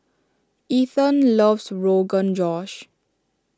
Ethan loves Rogan Josh